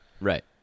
Right